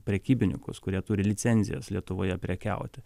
prekybininkus kurie turi licenzijas lietuvoje prekiauti